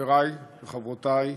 חברי וחברותי,